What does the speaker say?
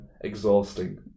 exhausting